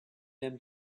them